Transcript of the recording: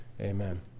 amen